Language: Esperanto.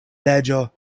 leĝo